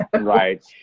Right